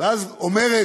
ואז היא אומרת,